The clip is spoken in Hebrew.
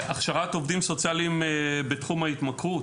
גם הכשרה בסיסית של עובדים סוציאליים בתחום ההתמכרות,